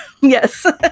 Yes